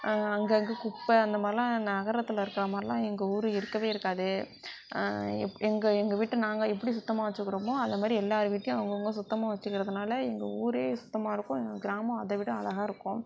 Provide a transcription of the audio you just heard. அங்கங்கே குப்பை அந்த மாதிரிலாம் நகரத்தில் இருக்கிறா மாதிரிலாம் எங்கள் ஊர் இருக்கவே இருக்காது எங்கள் எங்கள் வீட்டை நாங்கள் எப்படி சுத்தமாக வச்சுக்குறோமோ அதமாதிரி எல்லார் வீட்டையும் அவங்கவுங்க சுத்தமாக வச்சுக்கிறதுனால எங்கள் ஊரே சுத்தமாக இருக்கும் எங்கள் கிராமம் அதைவிட அழகாக இருக்கும்